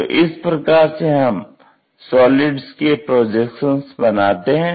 तो इस प्रकार से हम सॉलिड्स के प्रोजेक्शन्स बनाते हैं